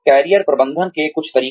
career प्रबंधन के कुछ तरीके